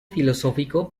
filosófico